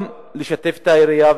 גם לשתף את העירייה,